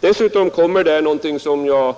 Dessutom finns det något som jag